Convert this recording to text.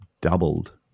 doubled